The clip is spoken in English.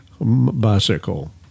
bicycle